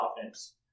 offense